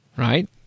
Right